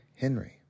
Henry